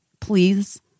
please